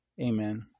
Amen